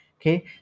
okay